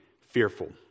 fearful